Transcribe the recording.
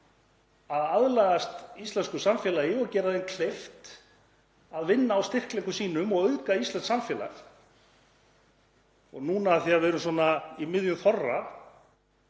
að aðlagast íslensku samfélagi og gera því kleift að vinna að styrkleikum sínum og auðga íslenskt samfélag. Og núna þegar við erum í miðjum þorra